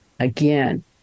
Again